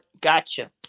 gotcha